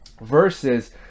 versus